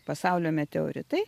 pasaulio meteoritai